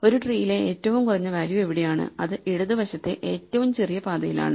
ഒരു ട്രീയിലെ ഏറ്റവും കുറഞ്ഞ വാല്യൂ എവിടെയാണ് അത് ഇടത് വശത്തെ ഏറ്റവും ചെറിയ പാതയിലാണ്